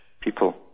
people